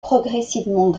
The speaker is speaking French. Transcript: progressivement